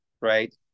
right